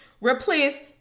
Replace